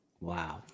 Wow